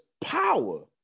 power